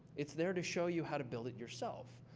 it's there to show you how to build it yourself.